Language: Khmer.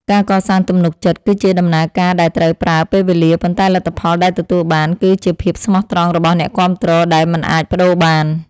ការកសាងទំនុកចិត្តគឺជាដំណើរការដែលត្រូវប្រើពេលវេលាប៉ុន្តែលទ្ធផលដែលទទួលបានគឺជាភាពស្មោះត្រង់របស់អ្នកគាំទ្រដែលមិនអាចប្តូរបាន។